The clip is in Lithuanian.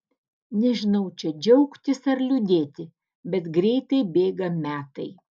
nežinau čia džiaugtis ar liūdėti bet greitai bėga metai